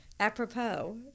Apropos